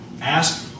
ask